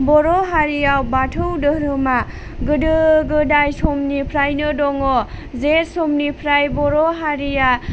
बर' हारियाव बाथौ धोरोमा गोदो गोदाय समनिफ्रायनो दङ जाय समनिफ्राय बर' हारिया